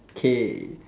K